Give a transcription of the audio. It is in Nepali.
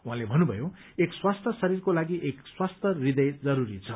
उहाँले भन्नुभयो एक स्वास्थ्य शरीरको लागि एक स्वास्थ्य हृदय जरूरी छ